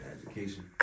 education